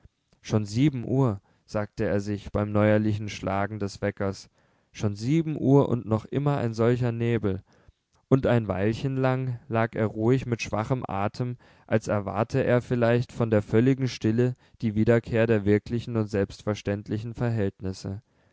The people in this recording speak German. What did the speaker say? schon sieben uhr sagte er sich beim neuerlichen schlagen des weckers schon sieben uhr und noch immer ein solcher nebel und ein weilchen lang lag er ruhig mit schwachem atem als erwarte er vielleicht von der völligen stille die wiederkehr der wirklichen und selbstverständlichen verhältnisse